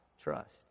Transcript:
trust